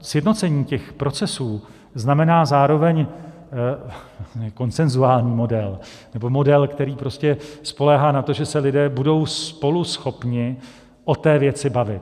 Sjednocení procesů znamená zároveň konsenzuální model nebo model, který prostě spoléhá na to, že se lidé budou spolu schopni o té věci bavit.